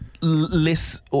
less